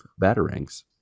batarangs